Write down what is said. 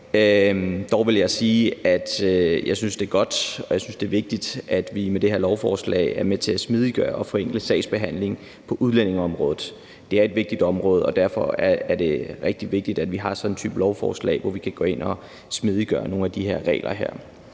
jeg synes, det er vigtigt, at vi med det her lovforslag er med til at smidiggøre og forenkle sagsbehandlingen på udlændingeområdet. Det er et vigtigt område, og derfor er det rigtig vigtigt, at vi har sådan en type lovforslag, hvor vi kan gå ind og smidiggøre nogle af de her regler.